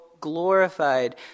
glorified